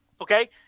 Okay